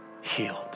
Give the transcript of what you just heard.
healed